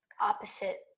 opposite